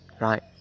right